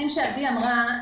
שעדי ליברוס אמרה,